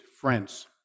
friends